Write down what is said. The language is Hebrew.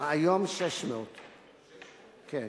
היום 600. אני